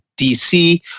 dc